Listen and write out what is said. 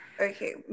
Okay